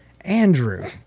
Andrew